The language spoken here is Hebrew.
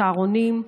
צהרונים,